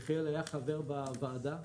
יחיאל היה חבר בוועדה,